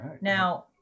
Now